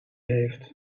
heeft